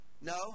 No